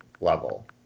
level